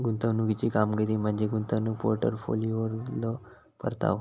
गुंतवणुकीची कामगिरी म्हणजे गुंतवणूक पोर्टफोलिओवरलो परतावा